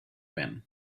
been